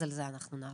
אז על זה אנחנו נעבוד,